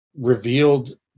revealed